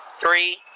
three